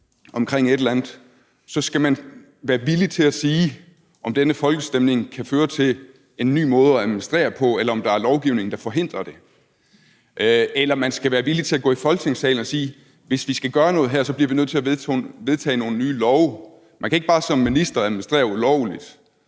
omkring et eller andet, at være villig til at sige, om denne folkestemning kan føre til en ny måde at administrere på, eller om der er lovgivning, der forhindrer det; eller man skal være villig til at gå i Folketingssalen og sige, at hvis vi skal gøre noget her, er vi nødt til at vedtage nogle nye love. Man kan ikke bare som minister administrere ulovligt,